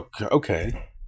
Okay